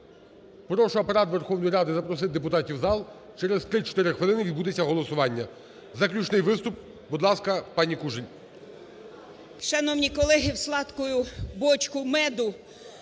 Прошу Апарат Верховної Ради запросити депутатів в зал, через 3-4 хвилини відбудеться голосування. Заключний виступ, будь ласка, пані Кужель. 16:45:07 КУЖЕЛЬ О.В. Шановні колеги, в сладкую бочку меду,